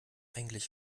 eigentlich